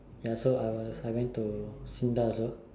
ya so I was I went to Sinda also